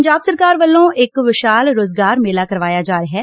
ਪੰਜਾਬ ਸਰਕਾਰ ਵੱਲੋਂ ਇਕ ਵਿਸ਼ਾਲ ਰੋਜ਼ਗਾਰ ਮੇਲਾ ਕਰਵਾਇਆ ਜਾ ਰਿਹੈ